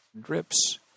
drips